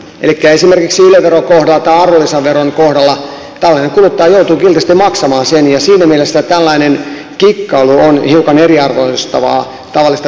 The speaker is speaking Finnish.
elikkä esimerkiksi yle veron kohdalla tai arvonlisäveron kohdalla tavallinen kuluttaja joutuu kiltisti maksamaan sen ja siinä mielessä tällainen kikkailu on hiukan eriarvoistavaa tavallista veronmaksajaa kohtaan